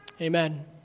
Amen